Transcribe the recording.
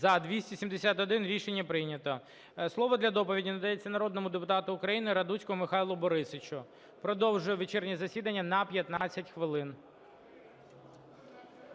За-271 Рішення прийнято. Слово для доповіді надається народному депутату України Радуцькому Михайлу Борисовичу. Продовжую вечірнє засідання на 15 хвилин.